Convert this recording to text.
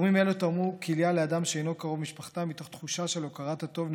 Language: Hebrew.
תורמים אלו תרמו כליה לאדם שאינו קרוב משפחתם מתוך תחושה של הכרת הטוב,